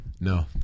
no